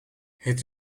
het